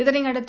இதனையடுத்து